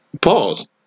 pause